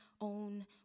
own